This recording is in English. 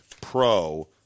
Pro